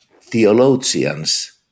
theologians